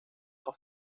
auf